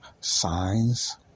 Signs